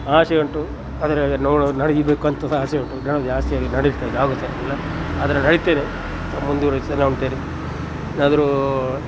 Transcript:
ಆಸೆ ಉಂಟು ಆದರೆ ನೋವು ನಡಿಬೇಕು ಅಂತ ಸ ಆಸೆ ಉಂಟು ನೋವು ಜಾಸ್ತಿ ಆಗಿ ನಡಿಲಿಕ್ಕೆಲ್ಲ ಆಗುದಿಲ್ಲ ಆದರೆ ನಡಿತೇನೆ ಏನಾದರು